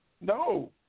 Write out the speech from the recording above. No